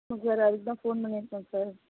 உங்களுக்கு அதுக்கு தான் ஃபோன் பண்ணி இருக்கேன் சார்